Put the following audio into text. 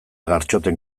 gartxoten